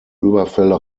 überfälle